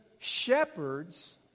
shepherds